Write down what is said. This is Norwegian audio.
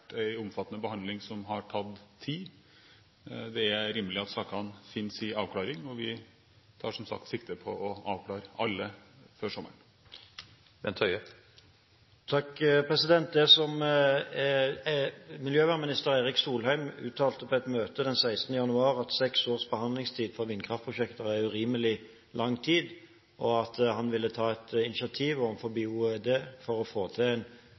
rimelig at sakene finner sin avklaring, og vi tar, som sagt, sikte på å avklare alle før sommeren. Miljøvernminister Erik Solheim uttalte på et møte 16. januar at seks års behandlingstid for vindkraftprosjekter er urimelig lang tid, og at han ville ta et initiativ overfor Olje- og energidepartementet for å få til en